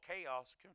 chaos